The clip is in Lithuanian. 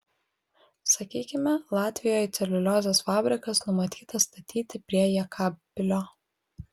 sakykime latvijoje celiuliozės fabrikas numatytas statyti prie jekabpilio